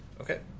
Okay